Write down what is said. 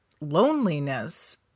loneliness